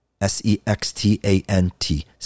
S-E-X-T-A-N-T